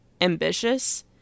ambitious